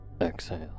exhale